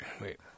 Wait